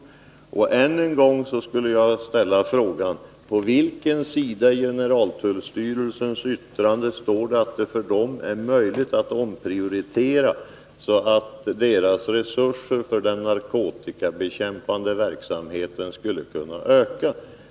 Jag skulle än en gång vilja ställa frågan: På vilken sida i generaltullsstyrelsens yttrande står det att det är möjligt för styrelsen att omprioritera så att dess resurser för den narkotikabekämpande verksamheten skulle kunna utökas?